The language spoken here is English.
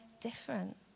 different